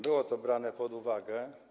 Było to brane pod uwagę.